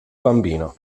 bambino